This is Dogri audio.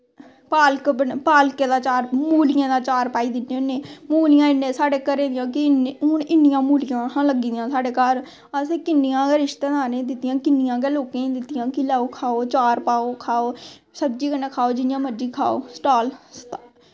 पालकें दा चार मूलियें दा चार पाई दिन्ने होन्ने मूलियां इन्ने साढ़े घरे दियां के हून इन्नियां मूलियां लग्गी दियां हां साढ़े घर असैं किन्नियां गै रिश्तेदारें दित्तियां किन्नियां गै लोकें दित्तियां कि लैओ खाओ चार पाओ खाओ सब्जी कन्नै खाओ जियां मर्जी खाओ स्टॉल